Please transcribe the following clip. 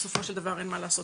בסופו של דבר אין מה לעשות,